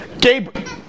Gabriel